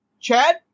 Chad